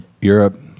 Europe